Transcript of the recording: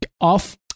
off